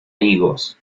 higos